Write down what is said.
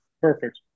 Perfect